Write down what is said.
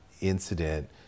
incident